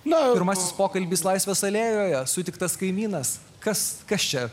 na pirmasis pokalbis laisvės alėjoje sutiktas kaimynas kas kas čia